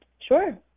Sure